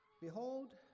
Behold